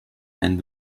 and